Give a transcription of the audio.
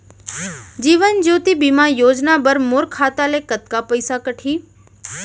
जीवन ज्योति बीमा योजना बर मोर खाता ले कतका पइसा कटही?